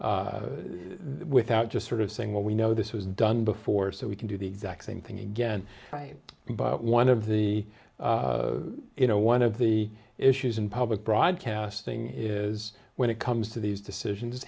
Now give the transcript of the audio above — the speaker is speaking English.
harbors without just sort of saying well we know this was done before so we can do the exact same thing again but one of the you know one of the issues in public broadcasting is when it comes to these decisions